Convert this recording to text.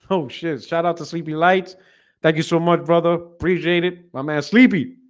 oh shit. shout out to sleepy lights thank you so much brother preciate it my man sleepy